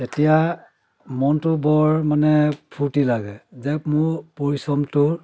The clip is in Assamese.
তেতিয়া মনটো বৰ মানে ফূৰ্তি লাগে যে মোৰ পৰিশ্ৰমটোৰ